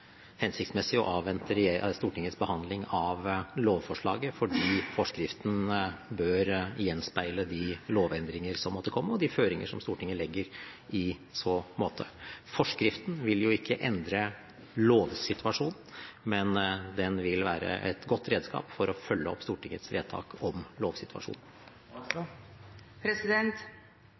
hensiktsmessig å avvente Stortingets behandling av lovforslaget, fordi forskriften bør gjenspeile de lovendringer som måtte komme, og de føringer som Stortinget legger i så måte. Forskriften vil jo ikke endre lovsituasjonen, men den vil være et godt redskap for å følge opp Stortingets vedtak om lovsituasjonen.